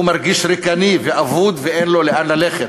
הוא מרגיש ריקני ואבוד, ואין לו לאן ללכת.